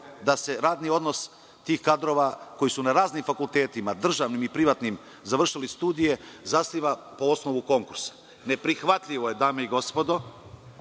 da se radni odnos tih kadrova koji su na raznim fakultetima, državnim i privatnim, završili studije, zasniva po osnovu konkursa. Dame i gospodo,